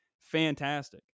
fantastic